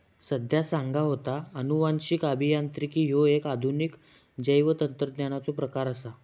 संध्या सांगा होता, अनुवांशिक अभियांत्रिकी ह्यो एक आधुनिक जैवतंत्रज्ञानाचो प्रकार आसा